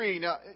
Now